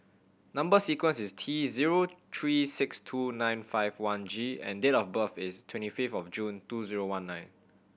number sequence is T zero three six two nine five one G and date of birth is twenty fifth of June two zero one nine